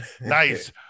nice